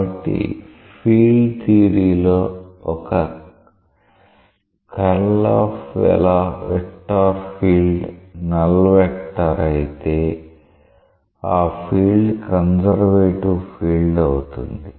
కాబట్టి సాధారణంగా field theory లో ఒక curl of vector field null vector అయితే ఆ ఫీల్డ్ కన్సర్వేటివ్ ఫీల్డ్ అవుతుంది